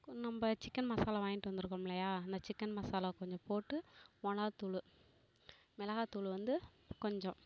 நம்ம சிக்கென் மசாலா வாங்கிட்டு வந்துருக்கோம் இல்லையா அந்த சிக்கென் மாசாலா கொஞ்சம் போட்டு மிளகாத்தூளு மிளகாத்தூளு வந்து கொஞ்சம்